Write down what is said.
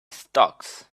stocks